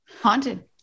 Haunted